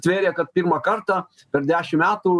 tvėrė kad pirmą kartą per dešim metų